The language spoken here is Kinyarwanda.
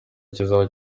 kizaba